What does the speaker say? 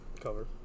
cover